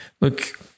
look